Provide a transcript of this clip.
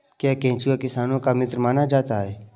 क्या केंचुआ किसानों का मित्र माना जाता है?